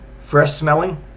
fresh-smelling